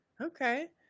Okay